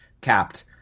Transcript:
capped